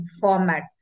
format